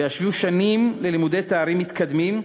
וישבו שנים בלימודי תארים מתקדמים,